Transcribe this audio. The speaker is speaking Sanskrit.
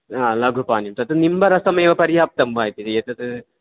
लघुपानीयं तत् निम्बरसमेव पर्याप्तं वा इति एतत्